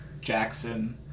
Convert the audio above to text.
Jackson